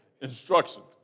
instructions